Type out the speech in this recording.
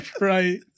right